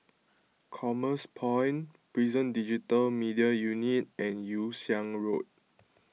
Commerce Point Prison Digital Media Unit and Yew Siang Road